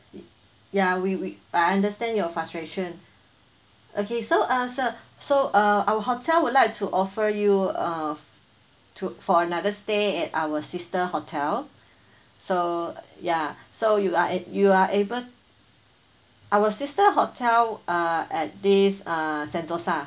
i~ yeah we we I understand your frustration okay so uh sir so uh our hotel would like to offer you uh to for another stay at our sister hotel so yeah so you are ab~ you are able our sister hotel uh at this uh sentosa